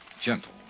gentle